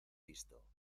visto